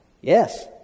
yes